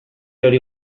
hori